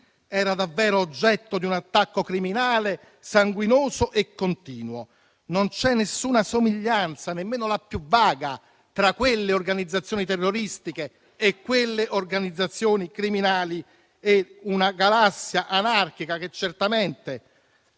era davvero oggetto di un attacco criminale, sanguinoso e continuo. Non c'è nessuna somiglianza, nemmeno la più vaga, tra quelle organizzazioni terroristiche, quelle organizzazioni criminali e una galassia anarchica, che certamente